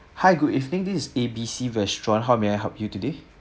hi good evening this is A B C restaurant how may I help you today